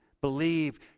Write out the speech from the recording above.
believe